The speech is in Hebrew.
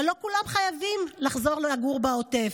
אבל לא כולם חייבים לחזור לגור בעוטף.